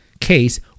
case